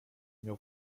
miał